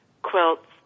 Quilts